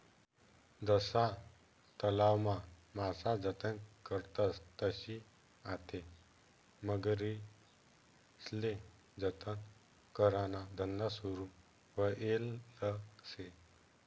जशा तलावमा मासा जतन करतस तशी आते मगरीस्ले जतन कराना धंदा सुरू व्हयेल शे